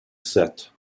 set